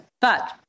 but-